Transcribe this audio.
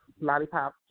lollipop